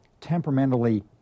temperamentally